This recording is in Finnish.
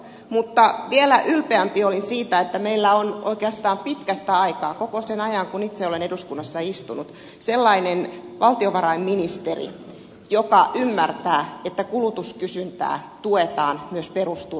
mutta vielä ylpeämpi olin siitä että meillä on oikeastaan pitkästä aikaa koko sinä aikana kun itse olen eduskunnassa istunut sellainen valtiovarainministeri joka ymmärtää että kulutuskysyntää tuetaan myös perusturvan kautta